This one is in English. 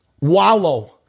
wallow